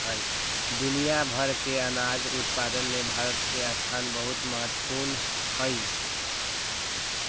दुनिया भर के अनाज उत्पादन में भारत के स्थान बहुत महत्वपूर्ण हई